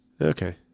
Okay